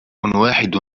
واحد